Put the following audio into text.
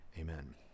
amen